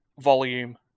Volume